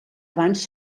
abans